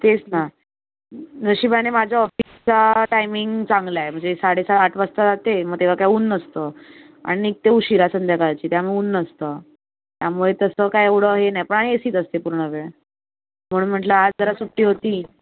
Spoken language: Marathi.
तेच ना नशिबाने माझ्या ऑफिसचा टायमिंग चांगला आहे म्हणजे साडे सात आठ वाजता जाते मग तेव्हा काही ऊन नसतं आणि निघते उशिरा संध्याकाळची त्यामुळे ऊन नसतं त्यामुळे तसं काय एवढं हे नाही पण आणि ए सीत असते पूर्ण वेळ म्हणून म्हटलं आज जरा सुट्टी होती